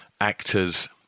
actors